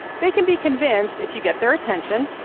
they can be convinced if you get their attention.